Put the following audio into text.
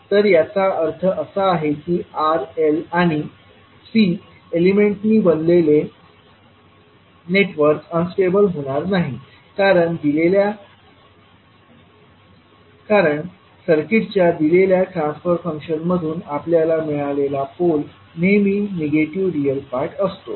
तर याचा अर्थ असा आहे की R L आणि C एलिमेंटनी बनलेले नेटवर्क अन्स्टेबल होणार नाही कारण सर्किटच्या दिलेल्या ट्रान्सफर फंक्शनमधून आपल्याला मिळालेला पोल नेहमी निगेटिव्ह रियल पार्ट असतो